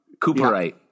Cooperite